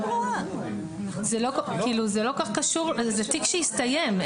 זה תיק שהסתיים.